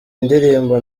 indirimbo